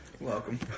Welcome